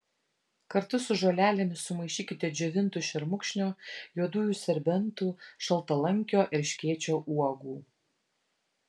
kartu su žolelėmis sumaišykite džiovintų šermukšnio juodųjų serbentų šaltalankio erškėčio uogų